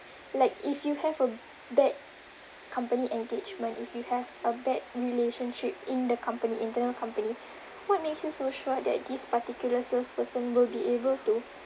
like if you have a bad company engagement if you have a bad relationship in the company internal company what makes you so sure that this particular salesperson will be able to